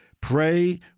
pray